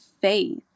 faith